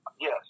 Yes